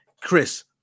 Chris